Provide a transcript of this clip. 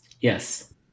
Yes